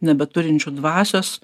nebeturinčiu dvasios